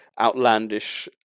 outlandish